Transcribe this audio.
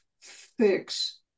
fix